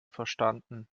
verstanden